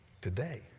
today